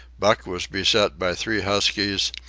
buck was beset by three huskies,